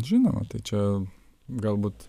žinoma tai čia galbūt